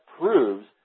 proves